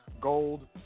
Gold